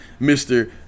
Mr